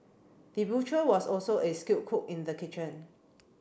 the butcher was also a skilled cook in the kitchen